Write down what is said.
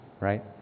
right